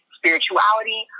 spirituality